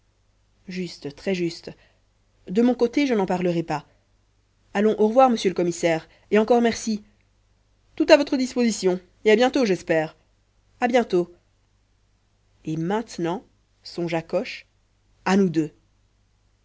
juste très juste de mon côté je n'en parlerai pas allons au revoir monsieur le commissaire et encore merci tout à votre disposition et à bientôt j'espère à bientôt et maintenant songea coche à nous deux